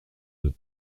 deux